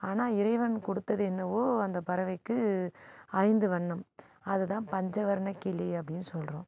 ஆனால் இறைவன் கொடுத்தது என்னவோ அந்த பறவைக்கு ஐந்து வர்ணம் அதுதான் பஞ்சவர்ண கிளி அப்டின்னு சொல்கிறோம்